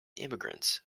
immigrants